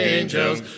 Angels